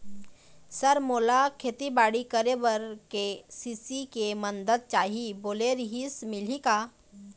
Sir मोला खेतीबाड़ी करेबर के.सी.सी के मंदत चाही बोले रीहिस मिलही का?